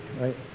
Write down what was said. right